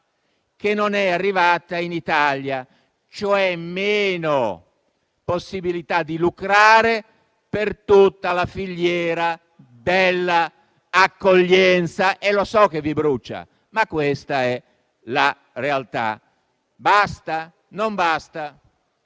che non è arrivata in Italia e meno possibilità di lucrare su tutta la filiera dell'accoglienza. Lo so che vi brucia, ma questa è la realtà. Basta? Non basta,